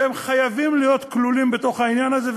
והם חייבים להיות כלולים בתוך העניין הזה,